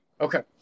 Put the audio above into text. Okay